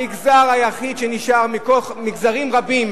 המגזר היחיד שנשאר ממגזרים רבים